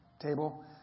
table